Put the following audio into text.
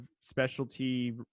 specialty